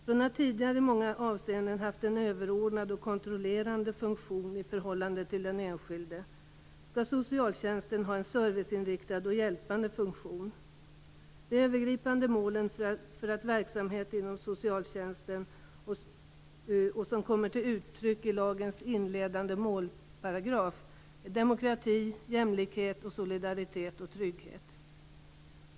Från att tidigare i många avseenden ha haft en överordnad och kontrollerande funktion i förhållande till den enskilde skall socialtjänsten ha en serviceinriktad och hjälpande funktion. De övergripande målen för verksamhet inom socialtjänsten som kommer till uttryck i lagens inledande målparagraf är demokrati, jämlikhet, solidaritet och trygghet.